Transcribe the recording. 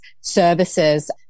services